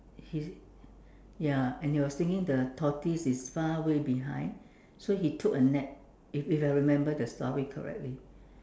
he ya and he was thinking the tortoise is far way behind so he took a nap if if I remember the story correctly